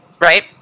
Right